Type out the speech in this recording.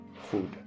food